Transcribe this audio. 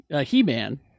He-Man